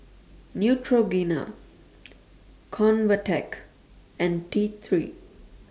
Neutrogena Convatec and T three